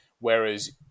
Whereas